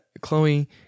Chloe